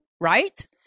right